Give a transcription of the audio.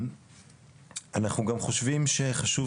בנוסף, אנחנו חושבים שחשוב